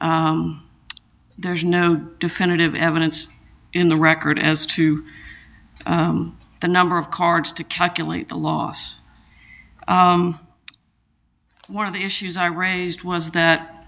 used there's no definitive evidence in the record as to the number of cards to calculate the loss one of the issues i raised was that